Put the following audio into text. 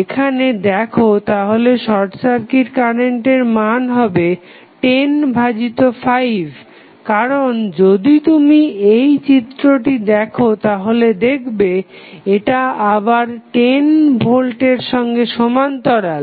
এখানে দেখো তাহলে শর্ট সার্কিট কারেন্টের মান হবে 10 ভাজিত 5 কারণ যদি তুমি এই চিত্রটি দেখো তাহলে দেখবে এটা আবার 10 ভোল্টের সঙ্গে সমান্তরাল